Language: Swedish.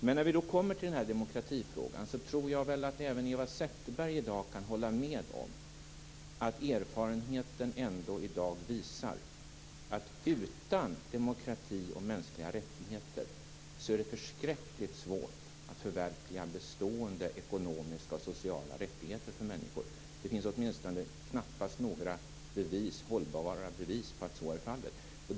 Men när vi kommer till demokratifrågan tror jag att även Eva Zetterberg i dag kan hålla med om att erfarenheten ändå visar att utan demokrati och mänskliga rättigheter är det förskräckligt svårt att förverkliga bestående ekonomiska och sociala rättigheter för människor. Det finns åtminstone knappast några hållbara bevis för att så är fallet.